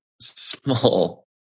small